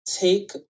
take